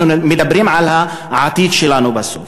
אנחנו מדברים על העתיד שלנו בסוף.